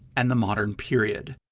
and the modern period.